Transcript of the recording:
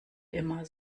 immer